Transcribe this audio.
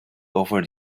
over